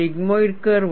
sigmoidal curve